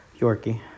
Yorkie